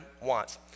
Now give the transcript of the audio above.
wants